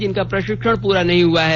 जिनका प्रशिक्षण प्रा नहीं हुआ है